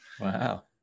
Wow